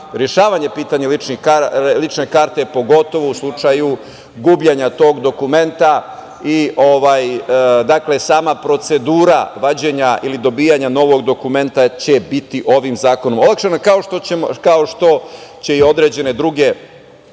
rešavanje pitanje lične karte, pogotovo u slučaju gubljenja tog dokumenta. Dakle, sama procedura vađenja ili dobijanja novog dokumenta će biti ovim zakonom olakšana, kao što će i određene druge